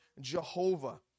Jehovah